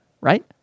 Right